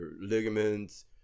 ligaments